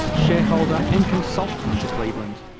shareholder and consultant to cleveland.